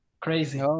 Crazy